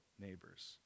neighbors